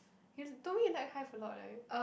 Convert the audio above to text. you t~ told me you like hive a lot eh